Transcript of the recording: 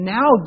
now